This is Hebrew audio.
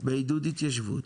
בעידוד התיישבות,